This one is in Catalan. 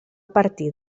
partir